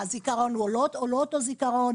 הזיכרון הוא לא אותו זיכרון,